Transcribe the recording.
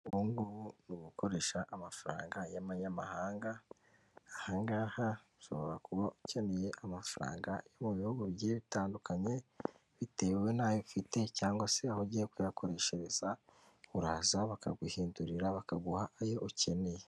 Ubungubu ni ugukoresha amafaranga y'amanyamahanga ahangaha ushobora kuba ukeneye amafaranga yo mu bihugu bitandukanye bitewe n'ayo ufite cyangwa se aho ugiye kuyakoreshareza uraza bakaguhindurira bakaguha ayo ukeneye .